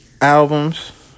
Albums